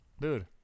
Dude